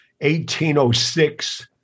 1806